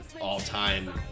all-time